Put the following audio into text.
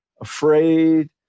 afraid